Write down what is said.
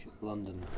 London